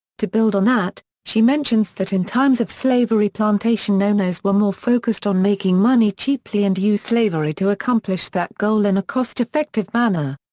to build on that, she mentions that in times of slavery plantation owners were more focused on making money cheaply and used slavery to accomplish that goal in a cost effective manner.